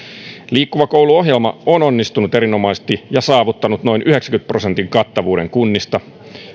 liikkuva koulu ohjelma on onnistunut erinomaisesti ja saavuttanut noin yhdeksänkymmenen prosentin kattavuuden kunnista